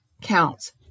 counts